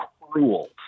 cruel